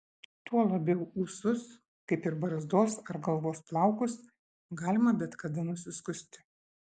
tuo labiau ūsus kaip ir barzdos ar galvos plaukus galima bet kada nusiskusti